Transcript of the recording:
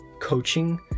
coaching